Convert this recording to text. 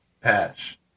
patch